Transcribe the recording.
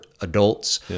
adults